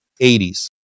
80s